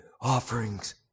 offerings